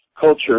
culture